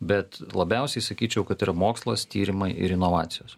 bet labiausiai sakyčiau kad yra mokslas tyrimai ir inovacijos